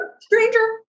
Stranger